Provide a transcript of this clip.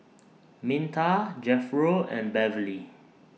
Minta Jethro and Beverly